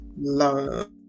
love